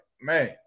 man